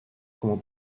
como